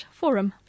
forum